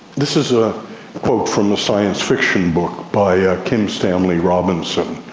this is a quote from the science fiction book by ah kim stanley robinson,